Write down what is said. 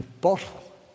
bottle